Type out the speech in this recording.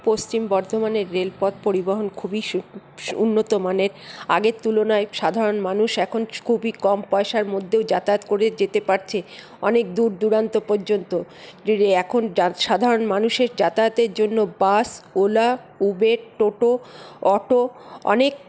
পশ্চিম বর্ধমানের রেলপথ পরিবহণ খুবই উন্নত মানের আগের তুলনায় সাধারণ মানুষ এখন খুবই কম পয়সার মধ্যেও যাতায়াত করে যেতে পারছে অনেক দূর দূরান্ত পর্যন্ত এখন সাধারণ মানুষের যাতায়াতের জন্য বাস ওলা উবের টোটো অটো অনেক